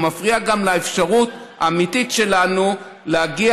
הוא מפריע גם לאפשרות האמיתית שלנו להגיע